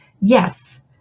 yes